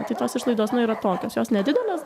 tai tos išlaidos nu yra tokios jos nedidelės